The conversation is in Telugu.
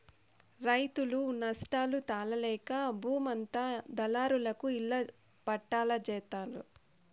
రైతులు నష్టాలు తాళలేక బూమంతా దళారులకి ఇళ్ళ పట్టాల్జేత్తన్నారు